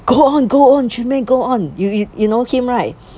go on go on Chun-Mei go on you you you know him right